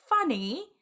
funny